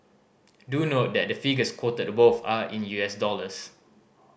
do note that the figures quoted above are in U S dollars